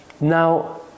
Now